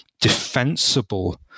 defensible